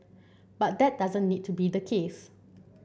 but that doesn't need to be the case